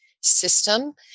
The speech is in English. system